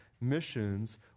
missions